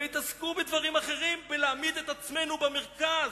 הם התעסקו בדברים אחרים, בלהעמיד את עצמנו במרכז.